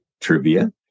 trivia